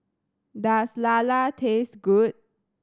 does lala taste good